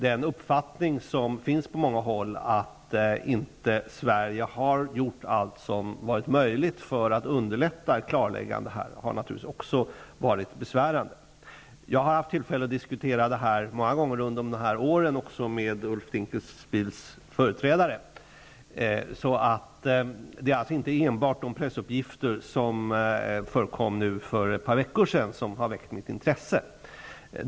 Den uppfattning som finns på många håll att Sverige inte har gjort allt som är möjligt att göra för att underlätta ett klarläggande har naturligtvis också varit besvärande. Jag har haft tillfälle att diskutera denna fråga många gånger under årens lopp och således även med Ulf Dinkelspiels företrädare. Det är alltså inte enbart de pressuppgifter som förekom för ett par veckor sedan som har väckt mitt intresse.